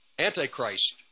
Antichrist